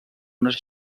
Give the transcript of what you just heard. unes